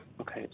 Okay